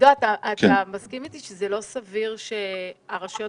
אתה מסכים אתי שזה לא סביר שהרשויות